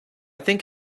think